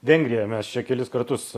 vengriją mes čia kelis kartus